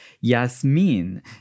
Yasmin